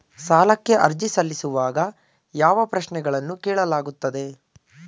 ಸಾಲಕ್ಕೆ ಅರ್ಜಿ ಸಲ್ಲಿಸುವಾಗ ಯಾವ ಪ್ರಶ್ನೆಗಳನ್ನು ಕೇಳಲಾಗುತ್ತದೆ?